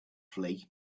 flee